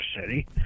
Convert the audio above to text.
City